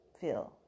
feel